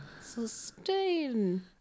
Sustain